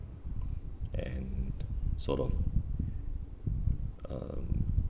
and sort of um